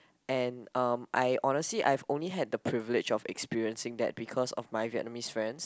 and um I honestly I've only had the privilege of experiencing that because of my Vietnamese friends